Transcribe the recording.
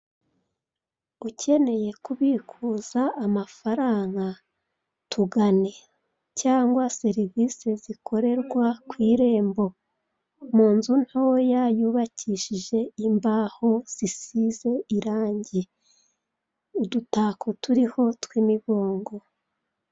Ukeneye kubikuza amafaranga tugane cyangwa serivise zikorerwa ku irembo. Mu nzu ntoya yubakishije imbaho zisize irange, udutako turiho tw'imigongo.